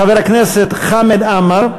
חבר הכנסת חמד עמאר,